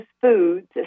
foods